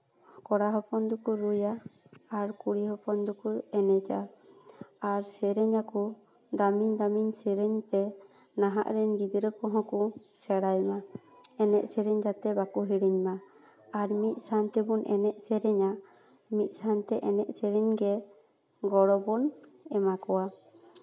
ᱠᱚᱲᱟ ᱦᱚᱯᱚᱱ ᱫᱚᱠᱚ ᱨᱩᱭᱟ ᱟᱨ ᱠᱩᱲᱤ ᱦᱚᱯᱚᱱ ᱫᱚᱠᱚ ᱮᱱᱮᱡᱟ ᱟᱨ ᱥᱮᱨᱮᱧᱟᱠᱚ ᱫᱟᱢᱤᱱ ᱫᱟᱢᱤᱱ ᱥᱮᱨᱮᱧᱛᱮ ᱱᱟᱦᱟᱜ ᱨᱮᱱ ᱜᱤᱫᱽᱨᱟᱹ ᱠᱚᱦᱚᱸ ᱠᱚ ᱥᱮᱬᱟᱭᱼᱢᱟ ᱮᱱᱮᱡ ᱥᱮᱨᱮᱧ ᱡᱟᱛᱮ ᱵᱟᱠᱚ ᱦᱤᱲᱤᱧᱢᱟ ᱟᱨ ᱢᱤᱫ ᱥᱟᱣ ᱛᱮᱵᱚᱱ ᱮᱱᱮᱡ ᱥᱮᱨᱮᱧᱟ ᱢᱤᱫ ᱥᱟᱣᱛᱮ ᱮᱱᱮᱡ ᱥᱮᱨᱮᱧᱜᱮ ᱜᱚᱲᱚ ᱵᱚᱱ ᱮᱢᱟ ᱠᱚᱣᱟ